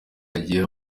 hagiye